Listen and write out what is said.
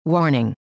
Warning